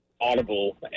audible